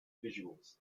visuals